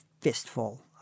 fistful